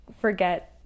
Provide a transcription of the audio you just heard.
Forget